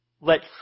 let